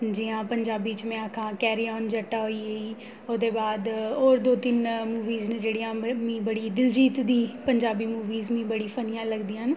जि'यां पंजाबी च में आक्खां कैरी आन जट्टा होई गेई ओह्दे बाद होर दो तिन्न मूवियां जेह्ड़ियां मी बड़ी दलजीत दी पंजाबी मूवियां मी बड़ी फन्नी लगदियां न